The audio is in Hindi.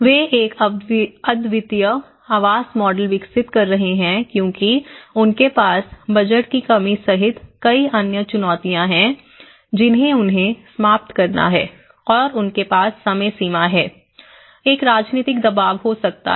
वे एक अद्वितीय आवास मॉडल विकसित कर रहे हैं क्योंकि उनके पास बजट की कमी सहित कई अन्य चुनौतियां हैं जिन्हें उन्हें समाप्त करना है और उनके पास समय सीमा है एक राजनीतिक दबाव हो सकता है